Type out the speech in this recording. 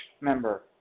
member